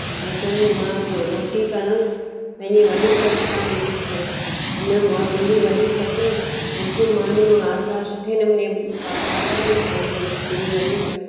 जेतोणिक मां इहे रोटी करणु पंहिंजी वॾी सस खां बि सिखियमि उन उहा मुंहिंजी वॾी ससु मिठियूं मानियूं आचार सुठे नमूने पापड़ बि ठाहींदी मुंहिंजी वॾी ससु